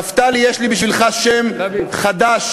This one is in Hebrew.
נפתלי, יש לי בשבילך שם חדש.